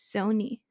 Sony